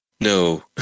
No